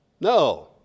No